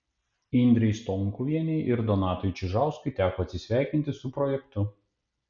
indrei stonkuvienei ir donatui čižauskui teko atsisveikinti su projektu